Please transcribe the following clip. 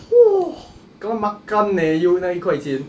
!whoa! kena makan eh you that 一块钱